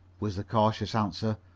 was the cautious answer.